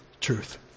truth